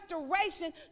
restoration